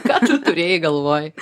ką tu turėjai galvoj